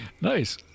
Nice